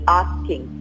asking